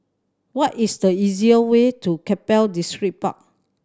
what is the easy way to Keppel Distripark